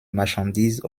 marchandises